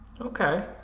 Okay